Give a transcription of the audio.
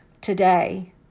today